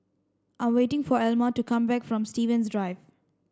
I'm waiting for Elma to come back from Stevens Drive